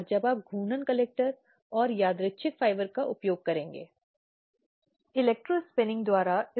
आंतरिक समिति की जिम्मेदारी है कि वह इस तरह की विसंगतियों के संबंध में पक्ष से पूछे और इस संबंध में आवश्यक स्पष्टीकरण मांगे